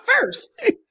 first